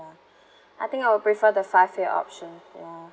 I think I'll prefer the five year option ya